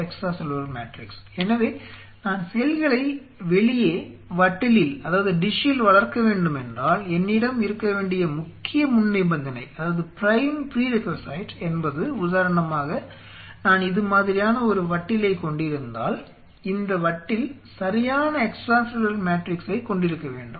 எனவே நான் செல்களை வெளியே வட்டிலில் வளர்க்க வேண்டுமென்றால் என்னிடம் இருக்க வேண்டிய முக்கிய முன்நிபந்தனை என்பது உதாரணமாக நான் இது மாதிரியான ஒரு வட்டிலைக் கொண்டிருந்தால் இந்த வட்டில் சரியான எக்ஸ்ட்ரா செல்லுலார் மேட்ரிக்ஸை கொண்டிருக்க வேண்டும்